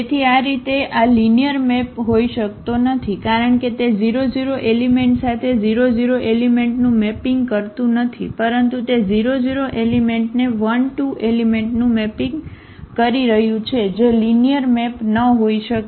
તેથી આ રીતે આ લિનિયર મેપ હોઈ શકતો નથી કારણ કે તે 00 એલિમેંટ સાથે 00 એલિમેંટનું મેપિંગ કરતું નથી પરંતુ તે 00 એલિમેંટને 12 એલિમેંટનું મેપિંગ કરી રહ્યું છે જે લિનિયર મેપ ન હોઈ શકે